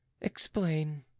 Explain